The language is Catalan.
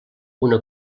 una